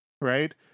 right